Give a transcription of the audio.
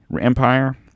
Empire